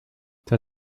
der